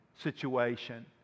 situation